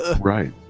Right